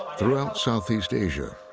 throughout southeast asia,